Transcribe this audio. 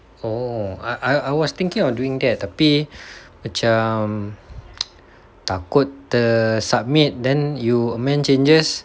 oh I I was thinking of doing that tapi macam takut tersubmit then you amend changes